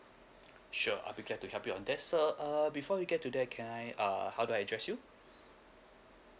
sure I'll be glad to help your that sir err before we get to there can I uh how do I address you